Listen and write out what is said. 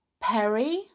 Perry